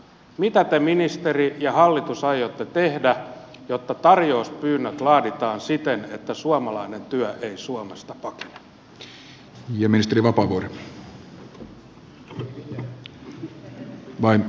mitä te ministeri ja hallitus aiotte tehdä jotta tarjouspyynnöt laaditaan siten että suomalainen työ ei suomesta pakene